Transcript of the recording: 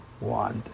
want